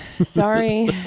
Sorry